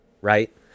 right